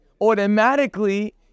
automatically